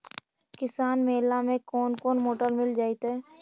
किसान मेला में कोन कोन मोटर मिल जैतै?